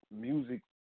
music